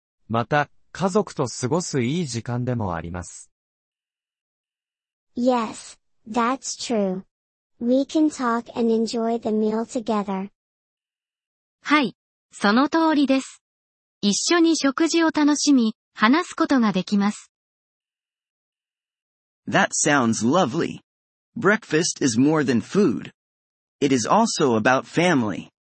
また、家族と過ごすいい時間でもあります。Yes, that's true. We can talk and enjoy the meal together.はい、その通りです。一緒に食事を楽しみ、話すことができます。That sounds lovely. Breakfast is more than food. It is also about family.